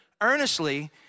earnestly